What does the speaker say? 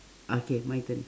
okay my turn